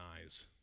eyes